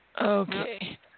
Okay